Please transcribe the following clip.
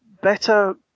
Better